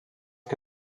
que